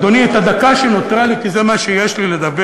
אדוני, את הדקה שנותרה לי, כי זה מה שיש לי לדבר